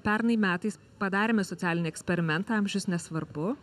pernai metais padarėme socialinį eksperimentą amžius nesvarbu